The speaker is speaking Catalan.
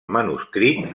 manuscrit